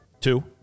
Two